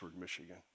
Michigan